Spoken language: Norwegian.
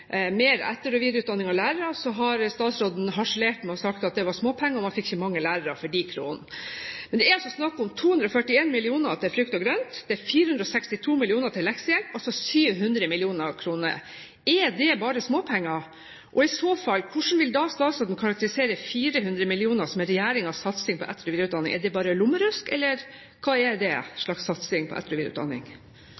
mer etter- og videreutdanning av lærere, har statsråden harselert og sagt at det var småpenger, man fikk ikke mange lærere for de kronene. Men det er altså snakk om 241 mill. kr til frukt og grønt. Det er 462 mill. kr til leksehjelp, altså ca. 700 mill. kr. Er det bare småpenger? I så fall: Hvordan vil da statsråden karakterisere 400 mill. kr, som er regjeringens satsing på etter- og videreutdanning? Er det bare lommerusk, eller hva er det